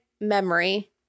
memory